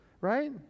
right